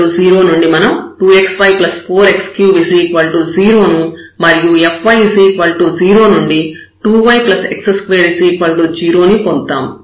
fx 0 నుండి మనం 2xy4x3 0 ను మరియు fy 0 నుండి 2yx2 0 ను పొందుతాము